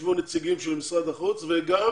ישבו נציגים של משרד החוץ וגם